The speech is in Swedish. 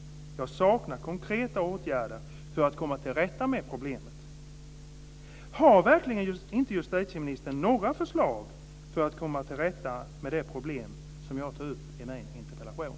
Jag saknar konkreta åtgärder för att komma till rätta med problemet. Har verkligen inte justitieministern några förslag för att komma till rätta med det problem som jag tar upp i min interpellation?